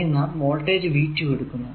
ഇനി നാം voltage V2 എടുക്കുന്നു